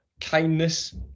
kindness